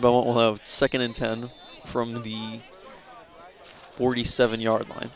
bowl of second in ten from the forty seven yard line